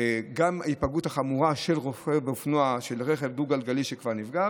גם ההיפגעות החמורה של רוכבי אופנוע ברכב דו-גלגלי שכבר נפגע,